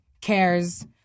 cares